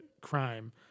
crime